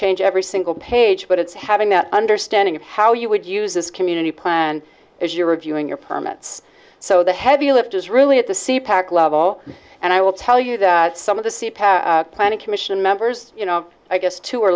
change every single page but it's having that understanding of how you would use this community plan as you're reviewing your permits so the heavy lift is really at the sea pack level and i will tell you that some of the sea power planning commission members you know i guess two or